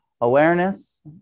awareness